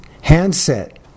handset